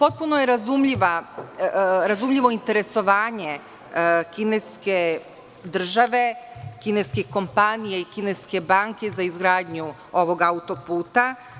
Potpuno je razumljivo interesovanje kineske države, kineskih kompanija, kineske banke, za izgradnju ovog autoputa.